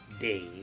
Day